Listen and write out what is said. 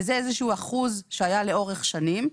וזה איזשהו אחוז שהיה לאורך שנים.